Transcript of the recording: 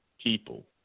people